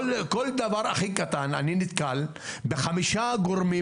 כל דבר הכי קטן אני נתקל בחמישה גורמים